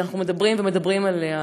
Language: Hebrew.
שאנחנו מדברים ומדברים עליה,